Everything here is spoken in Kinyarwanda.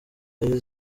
zari